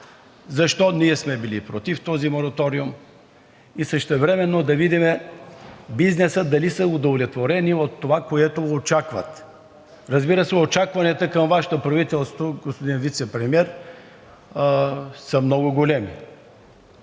защо ние сме били против този мораториум и същевременно да видим дали от бизнеса са удовлетворени от това, което очакват. Разбира се, очакванията към Вашето правителство, господин Вицепремиер, са много големи,